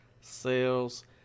Sales